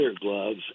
gloves